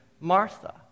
Martha